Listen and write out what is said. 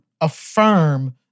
affirm